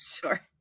Sure